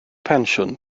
pensiwn